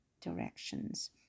directions